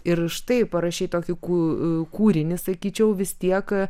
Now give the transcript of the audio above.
ir štai parašei tokį kū kūrinį sakyčiau vis tiek